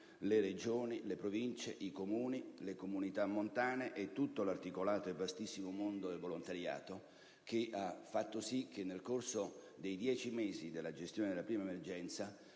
alle Regioni, Province, Comuni e Comunità montane, a tutto l'articolato e vastissimo mondo del volontariato, il che ha fatto sì che, nel corso dei 10 mesi della gestione della prima emergenza,